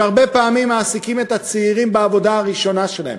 שהרבה פעמים מעסיקים את הצעירים בעבודה הראשונה שלהם,